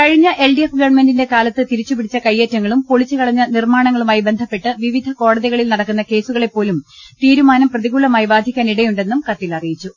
കഴിഞ്ഞ L D F ഗവൺമെന്റിന്റെ കാലത്ത് തിരിച്ചു പിടിച്ച കയ്യേറ്റങ്ങളും പൊളിച്ചു കളഞ്ഞ നിർമ്മാണങ്ങളുമായി ബന്ധപ്പെട്ട് വിവിധ കോടതികളിൽ നടക്കുന്ന കേസുകളെ പോലും തീരുമാനം പ്രതികൂലമായി ബാധിക്കാനിടയു ണ്ടെന്നും കത്തിൽ അറിയിച്ചു